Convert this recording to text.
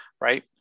right